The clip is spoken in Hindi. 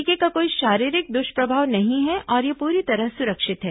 टीके का कोई शारीरिक दुष्प्रभाव नहीं है और ये पूरी तरह सुरक्षित हैं